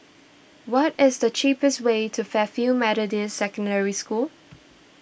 what is the cheapest way to Fairfield Methodist Secondary School